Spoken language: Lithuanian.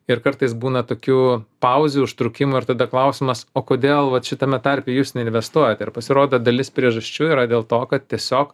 ir kartais būna tokių pauzių užtrūkimo ir tada klausimas o kodėl vat šitame tarpe jūs neinvestuojat ir pasirodo dalis priežasčių yra dėl to kad tiesiog